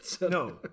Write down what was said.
No